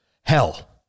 hell